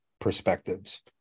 perspectives